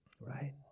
right